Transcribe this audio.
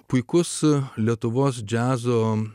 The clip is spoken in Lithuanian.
puikus lietuvos džiazo